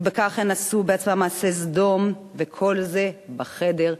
וכך הן עשו בעצמן מעשי סדום, וכל זה בחדר הפרטי,